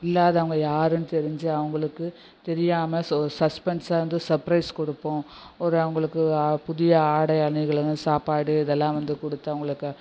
இல்லாதவங்கள் யாருன்னு தெரிஞ்சு அவர்களுக்கு தெரியாமல் சோ சஸ்பென்ஸாக வந்து சர்ப்ரைஸ் கொடுப்போம் ஒரு அவர்களுக்கு புதிய ஆடை அணிகலன் சாப்பாடு இதெல்லாம் வந்து கொடுத்து அவர்களுக்கு